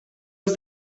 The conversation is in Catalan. els